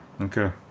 Okay